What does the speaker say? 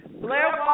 Blair